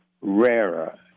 rarer